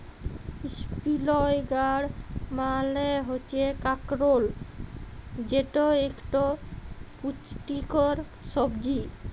ইসপিলই গাড় মালে হচ্যে কাঁকরোল যেট একট পুচটিকর ছবজি